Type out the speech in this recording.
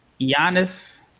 Giannis